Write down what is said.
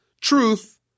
truth